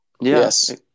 Yes